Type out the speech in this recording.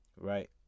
Right